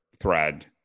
thread